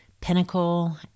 pinnacle